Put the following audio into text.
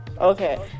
Okay